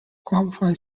qualified